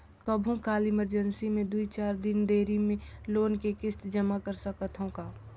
कभू काल इमरजेंसी मे दुई चार दिन देरी मे लोन के किस्त जमा कर सकत हवं का?